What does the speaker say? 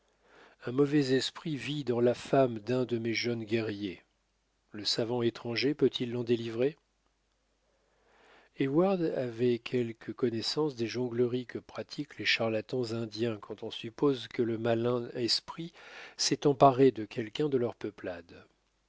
un mauvais esprit vit dans la femme d'un de mes jeunes guerriers le savant étranger peut-il l'en délivrer heyward avait quelque connaissance des jongleries que pratiquent les charlatans indiens quand on suppose que le malin esprit s'est emparé de quelqu'un de leur peuplade